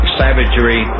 savagery